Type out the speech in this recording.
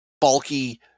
bulky